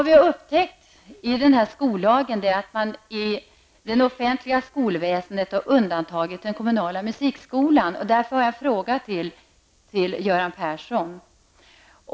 Vi har upptäckt att man i förslagen till ändringar i skollagen har undantagit den kommunala musikskolan i det offentliga skolväsendet. Jag har därför en fråga till Göran Persson.